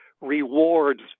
rewards